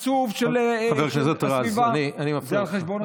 התקצוב של הסביבה, חבר הכנסת רז, אני מפריע לך.